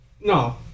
No